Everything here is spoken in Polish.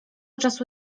czasu